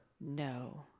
No